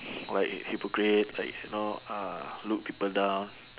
like a hypocrite like you know ah look people down